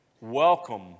Welcome